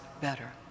better